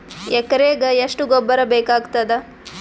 ಎಕರೆಗ ಎಷ್ಟು ಗೊಬ್ಬರ ಬೇಕಾಗತಾದ?